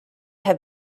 have